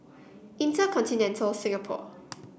InterContinental Singapore